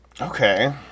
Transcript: Okay